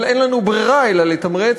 אבל אין לנו ברירה אלא לתמרץ,